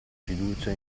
fiducia